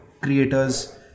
creators